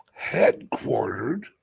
Headquartered